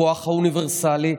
הכוח האוניברסלי,